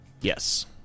yes